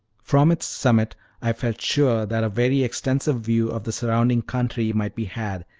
from its summit i felt sure that a very extensive view of the surrounding country might be had,